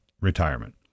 retirement